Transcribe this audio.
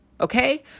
okay